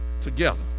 together